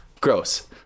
gross